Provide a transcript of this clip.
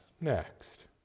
next